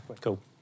Cool